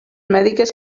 mèdiques